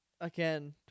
again